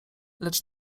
lecz